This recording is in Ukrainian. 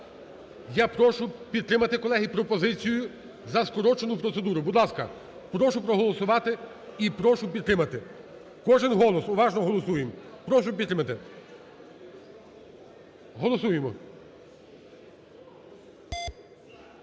я прошу підтримати, колеги, пропозицію за скорочену процедуру. Будь ласка, прошу проголосувати і прошу підтримати, кожен голос уважно голосуємо, прошу підтримати, голосуємо.